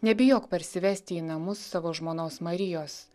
nebijok parsivesti į namus savo žmonos marijos